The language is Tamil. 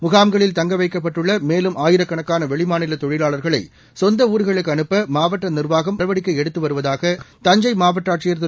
முகாம்களில் தங்க வைக்கப்பட்டுள்ள மேலும் ஆயிரக்கணக்கான வெளிமாநில தொழிலாளர்களை சொந்த ஊர்களுக்கு அனுப்ப மாவட்ட நிர்வாகம் அனைத்து நடவடிக்கைகளும் எடுக்கப்பட்டு வருவதாகவும் தஞ்சை மாவட்ட ஆட்சியர் திரு